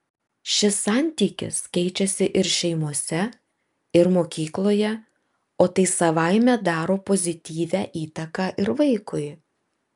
šis santykis keičiasi ir šeimose ir mokykloje o tai savaime daro pozityvią įtaką ir vaikui